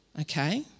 Okay